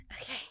Okay